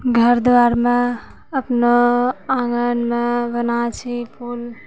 घर दुआरि मे अपनो आँगन मे बनाबै छी फूल